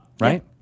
Right